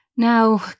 Now